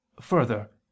Further